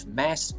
mass